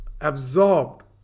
absorbed